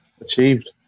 achieved